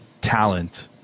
talent